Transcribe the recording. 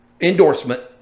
endorsement